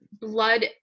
blood